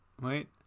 wait